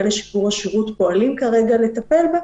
לשיפור השירות פועלים כרגע לטפל בה,